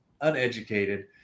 uneducated